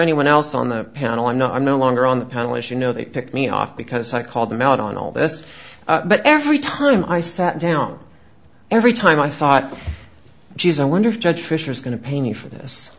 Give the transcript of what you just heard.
anyone else on the panel i'm not i'm no longer on the panel as you know they picked me off because i called them out on all this but every time i sat down every time i thought geez i wonder if judge fisher is going to pay me for this